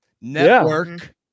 network